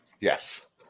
yes